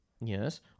yes